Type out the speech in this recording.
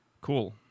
Cool